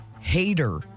hater